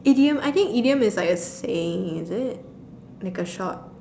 idiom I think idiom is like a saying is it like a short